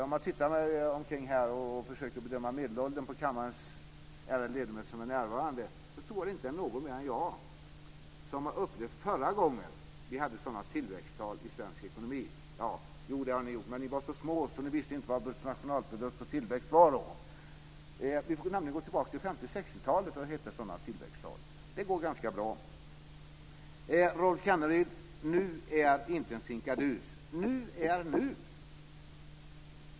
Om jag försöker att bedöma medelåldern på de ledamöter som är närvarande i kammaren är det nog ingen mer än jag som upplevde när vi förra gången hade så höga tillväxttal i svensk ekonomi. Ni var så små då att ni inte visste vad bruttonationalprodukt och tillväxt var på den tiden. Man måste nämligen gå tillbaka till 50 och 60-talet för att hitta sådana tillväxttal. Det går ganska bra. Rolf Kenneryd! Ordet "nu" är inte en sinkadus. "Nu" är nu.